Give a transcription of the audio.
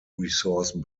resource